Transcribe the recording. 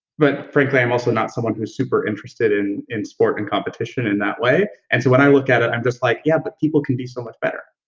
but frankly, i'm also not someone who's super interested in in sport and competition in that way. and so when i look at it, i'm just like, yeah, but people can be so much better.